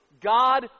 God